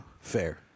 Fair